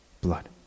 blood